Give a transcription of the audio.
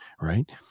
right